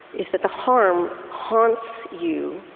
is that the harm haunts you,